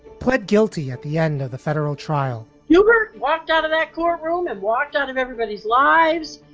pled guilty at the end of the federal trial you were walked out of that courtroom and walked out of everybody's lives.